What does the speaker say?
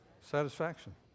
satisfaction